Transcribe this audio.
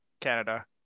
Canada